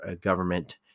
government